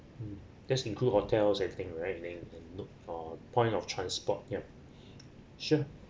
mm just include hotels and thing right and then we can look for point of transport yup sure